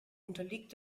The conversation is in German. unterliegt